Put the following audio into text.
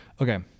Okay